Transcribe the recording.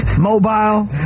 Mobile